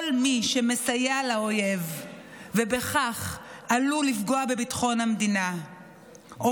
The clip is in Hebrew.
כל מי שמסייע לאויב ובכך עלול לפגוע בביטחון המדינה או